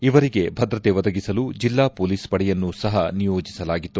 ಇವರಿಗೆ ಭದ್ರತೆ ಒದಗಿಸಲು ಜಿಲ್ಲಾ ಮೊಲೀಸ್ ಪಡೆಯನ್ನು ಸಹ ನಿಯೋಜಿಸಲಾಗಿತ್ತು